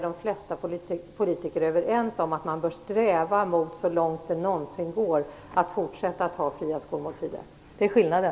De flesta politiker är överens om att man bör sträva efter att ha fria skolmåltider så långt det någonsin går. Det är skillnaden.